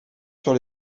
sur